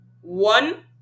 one